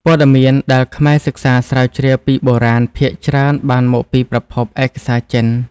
ព័ត៌មានដែលខ្មែរសិក្សាស្រាវជ្រាវពីបុរាណភាគច្រើនបានមកពីប្រភពឯកសារចិន។